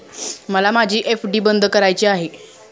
मला माझी एफ.डी बंद करायची आहे